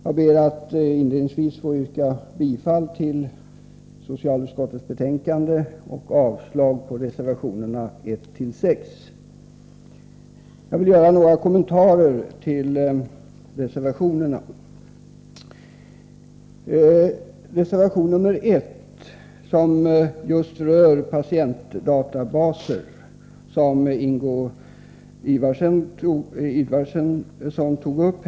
Jag ber inledningsvis att få yrka bifall till socialutskottets hemställan och avslag på reservationerna 1-6. Jag vill göra några kommentarer till reservationerna. Reservation 1 gäller patientdatabaser, som Margö Ingvardsson tog upp.